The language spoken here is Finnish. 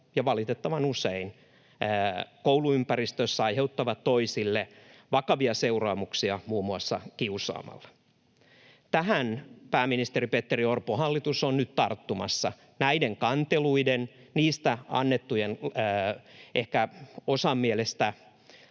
ja valitettavan usein kouluympäristössä aiheuttavat toisille vakavia seuraamuksia muun muassa kiusaamalla. Tähän pääministeri Petteri Orpon hallitus on nyt tarttumassa. Näiden kanteluiden, niistä annettujen — ehkä osan mielestä